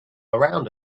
around